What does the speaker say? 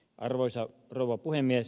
arvoisa rouva puhemies